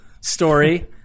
story